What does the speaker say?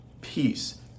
peace